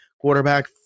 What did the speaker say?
quarterback